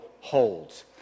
holds